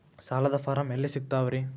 ಸಾಲದ ಫಾರಂ ಎಲ್ಲಿ ಸಿಕ್ತಾವ್ರಿ?